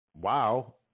wow